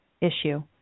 issue